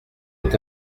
est